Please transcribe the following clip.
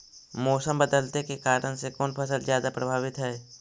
मोसम बदलते के कारन से कोन फसल ज्यादा प्रभाबीत हय?